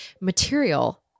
material